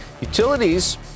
utilities